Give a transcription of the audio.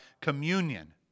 communion